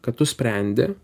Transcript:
kad tu sprendi